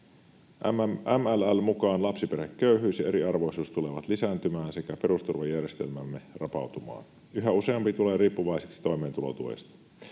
MLL:n mukaan lapsiperheköyhyys ja eriarvoisuus tulevat lisääntymään sekä perusturvajärjestelmämme rapautumaan. Yhä useampi tulee riippuvaiseksi toimeentulotuesta.